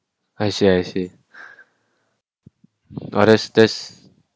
I see I see others this